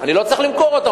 אני לא צריך למכור אותן,